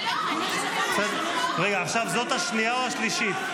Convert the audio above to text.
עכשיו זאת השנייה או השלישית?